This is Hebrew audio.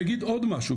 אני אגיד עוד משהו,